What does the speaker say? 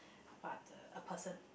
but uh a person